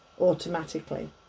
automatically